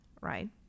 right